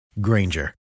Granger